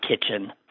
kitchen